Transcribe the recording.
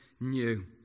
new